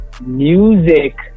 Music